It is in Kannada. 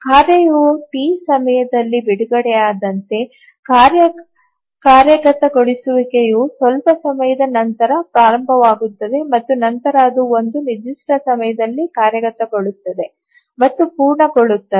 ಕಾರ್ಯವು ಟಿ T ಸಮಯದಲ್ಲಿ ಬಿಡುಗಡೆಯಾದಂತೆ ಕಾರ್ಯ ಕಾರ್ಯಗತಗೊಳಿಸುವಿಕೆಯು ಸ್ವಲ್ಪ ಸಮಯದ ನಂತರ ಪ್ರಾರಂಭವಾಗುತ್ತದೆ ಮತ್ತು ನಂತರ ಅದು ಒಂದು ನಿರ್ದಿಷ್ಟ ಸಮಯದಲ್ಲಿ ಕಾರ್ಯಗತಗೊಳ್ಳುತ್ತದೆ ಮತ್ತು ಪೂರ್ಣಗೊಳ್ಳುತ್ತದೆ